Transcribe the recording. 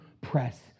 press